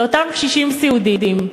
לאותם קשישים סיעודיים.